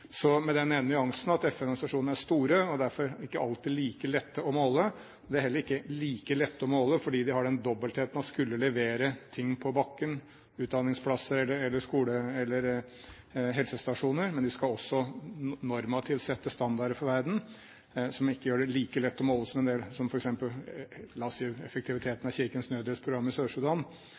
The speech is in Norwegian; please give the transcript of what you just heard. Så det ligger en nyanse i at FN-organisasjonene er store og derfor ikke alltid like lette å måle. De er ikke like lette å måle fordi de har en dobbelthet i seg: De skal levere ting på bakken, utdanningsplasser eller helsestasjoner, og normativt skal de også sette standarder for verden, som ikke er like lett å måle, som f.eks. effektiviteten av Kirkens Nødhjelps program i